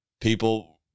People